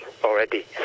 Already